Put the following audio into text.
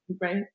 Right